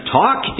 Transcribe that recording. talk